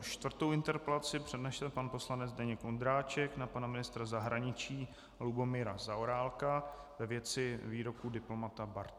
Čtvrtou interpelaci přednese pan poslanec Zdeněk Ondráček na pana ministra zahraničí Lubomíra Zaorálka ve věci výroku diplomata Bartušky.